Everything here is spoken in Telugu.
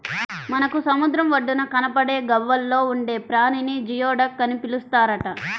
మనకు సముద్రం ఒడ్డున కనబడే గవ్వల్లో ఉండే ప్రాణిని జియోడక్ అని పిలుస్తారట